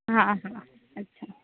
हां हां अच्छा